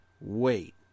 wait